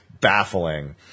baffling